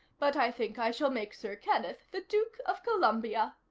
but i think i shall make sir kenneth the duke of columbia.